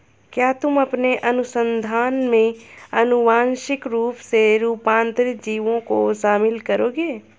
क्या तुम अपने अनुसंधान में आनुवांशिक रूप से रूपांतरित जीवों को शामिल करोगे?